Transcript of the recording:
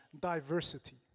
diversity